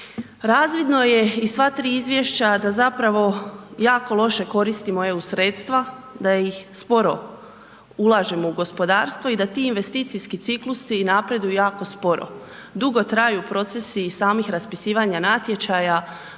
Razvidno je iz sva 3 izvješća da zapravo jako loše koristimo EU sredstava, da ih sporo ulažemo u gospodarstvo i da ti investicijski ciklusi napreduju jako sporo, dugo traju procesi i samih raspisivanja natječaja,